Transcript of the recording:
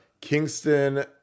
Kingston